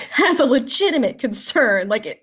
has a legitimate concern like it.